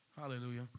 Hallelujah